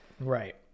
right